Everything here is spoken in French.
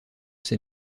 ses